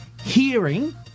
hearing